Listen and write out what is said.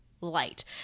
light